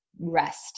rest